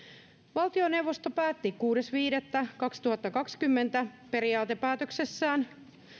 valtioneuvosto päätti kuudes viidettä kaksituhattakaksikymmentä periaatepäätöksessään